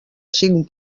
cinc